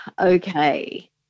okay